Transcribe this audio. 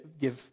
give